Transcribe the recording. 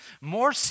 more